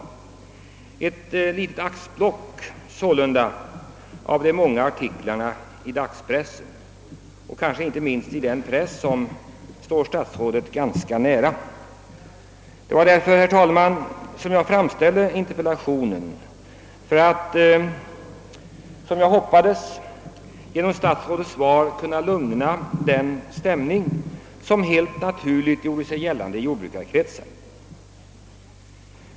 Detta är ett axplock bland de många artiklarna i dagspressen — kanske inte minst i den press som står statsrådet nära. Det var av denna anledning som jag framställde interpellationen, ty jag hoppades att statsrådets svar skulle kunna lugna den stämning som helt naturligt uppstod i jordbrukarkretsar.